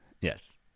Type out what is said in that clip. Yes